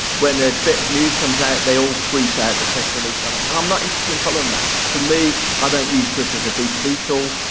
when a bit of news comes out, they all tweet out the press release on it, and i'm not interested in following that. for me, i don't use twitter as a b two b tool,